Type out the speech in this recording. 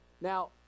Now